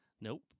Nope